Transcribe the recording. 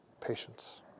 patience